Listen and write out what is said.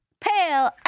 pale